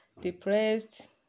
depressed